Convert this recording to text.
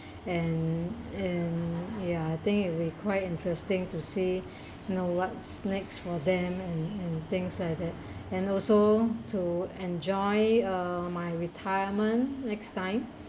and and ya I think you require interesting to say know what's next for them and and things like that and also to enjoy uh my retirement next time